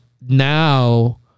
now